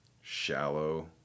shallow